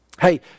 Hey